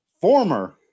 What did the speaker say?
Former